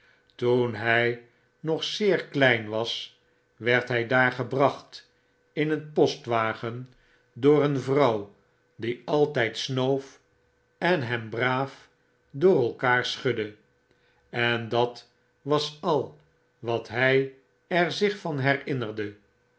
toen hy nog zeer klein was werd hy daar gebracht in een postwagen door een vrouw die altyd snoof en hem braaf door elkaar schudde en dat was al wat hij er zich van